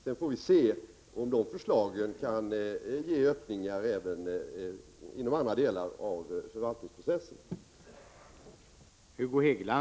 Sedan får vi se om förslagen kan ge öppningar även inom andra delar av förvaltningsprocessen.